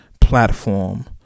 platform